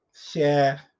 share